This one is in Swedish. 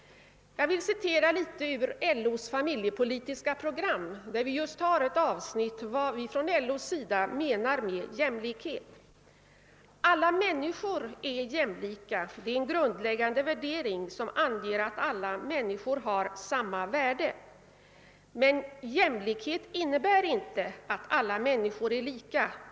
Jag vill citera ett avsnitt ur LO:s familjepolitiska program, där vi just talar om vad vi menar med jämlikhet: »Alla människor är jämlika. Det är en grundläggande värdering som anger att alla människor har samma värde. Därmed bör även alla under oberoende och personlig integritet ha rätt till ett rikt och utvecklande liv. Jämlikhet innebär inte att alla människor är lika.